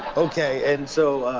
okay, and so